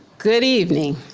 good evening.